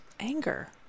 anger